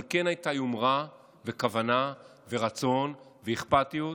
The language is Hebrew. אבל כן הייתה יומרה וכוונה ורצון ואכפתיות